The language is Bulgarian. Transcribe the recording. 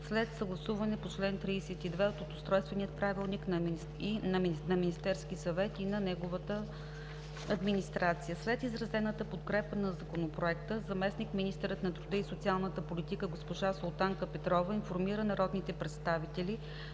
след съгласуване по чл. 32 от Устройствения правилник на Министерски съвет и на неговата администрация. След изразената подкрепа на Законопроекта заместник-министърът на труда и социалната политика госпожа Султанка Петрова информира народните представители,